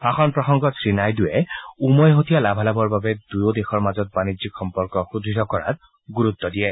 ভাষণ প্ৰসংগত শ্ৰীনাইডুৱে উমৈহতীয়া লাভালাভৰ বাবে দুয়ো দেশৰ মাজত বাণিজ্যিক সম্পৰ্ক সুদ্য় কৰাত গুৰুত্ব দিয়ে